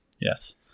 Yes